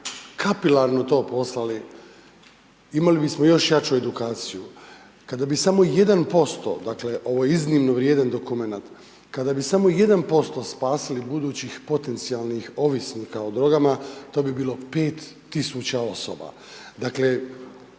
kapilarno to poslali, imali bismo još jaču edukaciju, kada bi samo 1%, dakle, ovo je iznimno vrijedan dokumenat, kada bi samo 1% spasili budućih potencijalnih ovisnika o drogama, to bi bilo 5000 osoba.